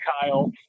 Kyle